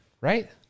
right